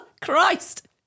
Christ